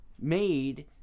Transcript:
made